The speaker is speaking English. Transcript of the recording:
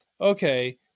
okay